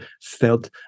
felt